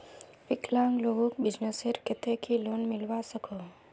विकलांग लोगोक बिजनेसर केते की लोन मिलवा सकोहो?